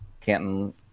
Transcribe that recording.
Canton